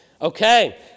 Okay